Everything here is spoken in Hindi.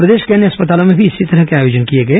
प्रदेश के अन्य अस्पतालों में भी इसी तरह के आयोजन किए गए